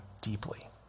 deeply